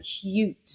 cute